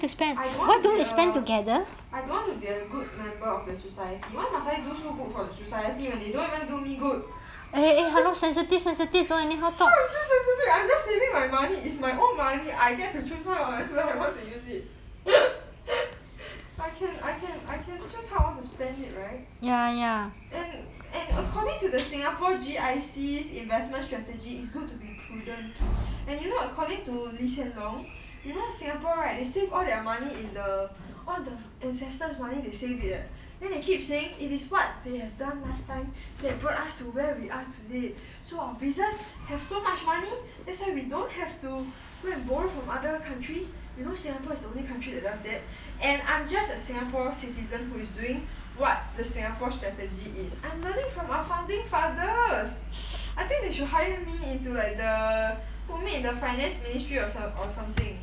I don't want to be a I don't want to be a good member of the society why must I do so good for the society when they don't even do me good ha ha how is it sensitive I'm just saving my money is my own money I get to choose how and where I want to use it I can I can I can choose how I want to spend it right and and according to the singapore G_I_C investment strategy is good to be prudent and you know according to lee hsien loong you know singapore right they save all their money in the on the ancestors money they save it then they keep saying it is what they have done last time they brought us to where we are today it so our reserves have so much money that's why we don't have to go and borrow from other countries you know singapore is the only country that does that and I'm just a singapore citizen who is doing what the singapore strategy is I'm learning from our founding father fathers I think they should hire me into like the permit in the finance ministry or something